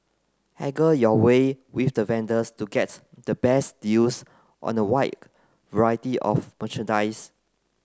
haggle your way with the vendors to get the best deals on a wide variety of merchandise